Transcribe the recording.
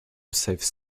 saves